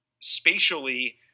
spatially